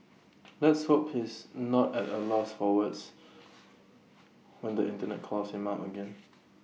let's hope he's not at A loss for words when the Internet calls him out again